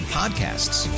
podcasts